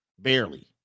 Barely